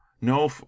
no